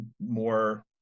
more